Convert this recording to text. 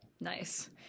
nice